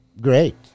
great